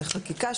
לחקיקה,